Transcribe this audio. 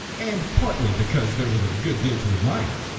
and partly because there was a good deal to admire.